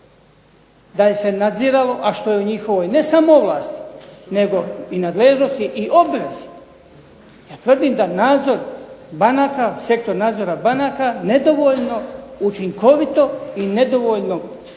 Da ju se nadziralo a što je u njihovoj ne samo ovlasti nego i nadležnosti i obvezi. Ja tvrdim da nadzor banaka, sektor nadzora banka nedovoljno učinkovito i nedovoljno